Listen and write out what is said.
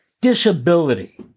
disability